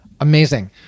Amazing